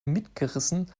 mitgerissen